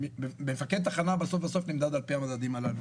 מפקד תחנה בסוף נמדד על פי המדדים הללו.